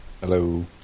Hello